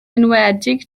enwedig